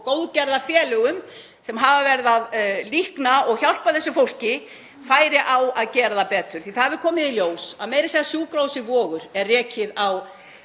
og góðgerðarfélögum sem hafa verið að líkna og hjálpa þessu fólki færi á að gera það betur. Það hefur komið í ljós að meira að segja sjúkrahúsið Vogur er rekið